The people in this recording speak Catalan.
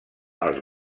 els